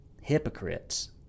Hypocrites